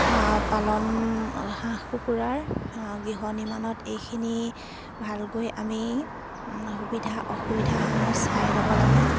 পালন হাঁহ কুকুৰাৰ গৃহ নিৰ্মাণত এইখিনি ভালকৈ আমি সুবিধা অসুবিধাসমূহ চাই ল'ব লাগে